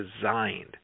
designed